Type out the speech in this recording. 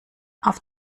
auf